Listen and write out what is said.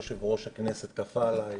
יושב-ראש הכנסת כפה עליי,